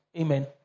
Amen